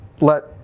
let